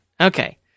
Okay